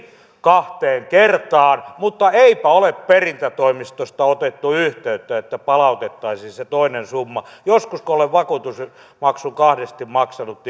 kahteen kertaan mutta eipä ole perintätoimistosta otettu yhteyttä että palautettaisiin se toinen summa joskus kun olen vakuutusmaksun kahdesti maksanut